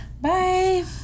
bye